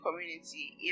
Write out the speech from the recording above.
community